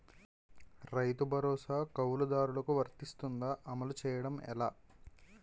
రైతు భరోసా కవులుదారులకు వర్తిస్తుందా? అమలు చేయడం ఎలా